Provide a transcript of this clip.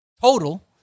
total